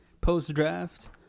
post-draft